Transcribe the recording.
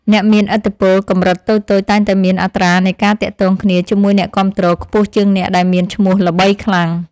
អ្នកមានឥទ្ធិពលកម្រិតតូចៗតែងតែមានអត្រានៃការទាក់ទងគ្នាជាមួយអ្នកគាំទ្រខ្ពស់ជាងអ្នកដែលមានឈ្មោះល្បីខ្លាំង។